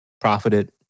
profited